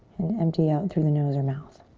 and empty out through the nose or mouth.